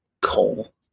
coal